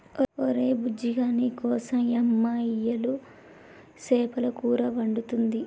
ఒరే బుజ్జిగా నీకోసం యమ్మ ఇయ్యలు సేపల కూర వండుతుంది